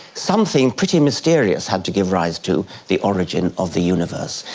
something pretty mysterious had to give rise to the origin of the universe.